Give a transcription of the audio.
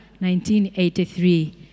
1983